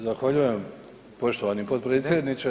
Zahvaljujem poštovani potpredsjedniče.